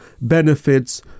benefits